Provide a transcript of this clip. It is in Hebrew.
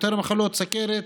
יותר סוכרת,